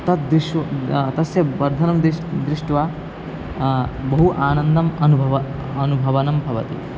तत् दृष्ट्वा तस्य वर्धनं दृश् दृष्ट्वा बहु आनन्दम् अनुभवः अनुभवनं भवति